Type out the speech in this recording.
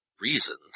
reasons